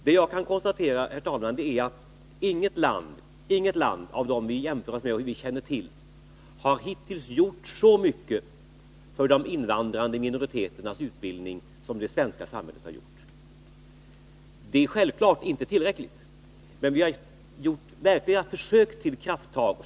Det jag kan konstatera, herr talman, är att inget av de länder som vi i Sverige jämför oss med och känner till har gjort så mycket för de invandrande minoriteternas utbildning som det svenska samhället har gjort. Det är självfallet inte tillräckligt, men vi har gjort verkliga försök till krafttag.